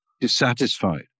dissatisfied